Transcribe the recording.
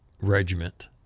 regiment